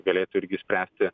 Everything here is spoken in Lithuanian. galėtų irgi spręsti